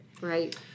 Right